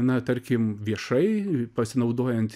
na tarkim viešai pasinaudojant